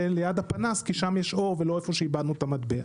ליד הפנס כי שם יש אור ולא איפה שאיבדנו את המטבע.